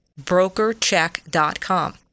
brokercheck.com